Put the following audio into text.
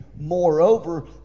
moreover